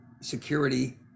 security